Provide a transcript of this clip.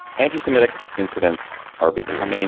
anti-semitic incidents are becoming